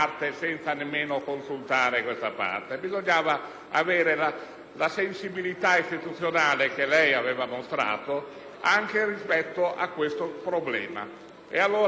la sensibilità istituzionale che lei aveva mostrato anche rispetto a questo problema. Questa astensione è anche un messaggio di non